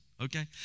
Okay